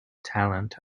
talent